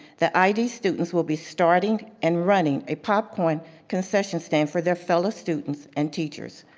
the id students will be starting and running a popcorn concession stand for their fellow students and teachers.